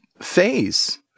phase